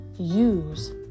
Use